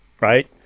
right